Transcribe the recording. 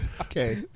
Okay